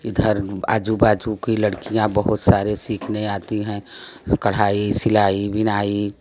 इधर आजू बाजू की लडकियाँ बहुत सारे सीखने आती हैं कढ़ाई सिलाई बिनाई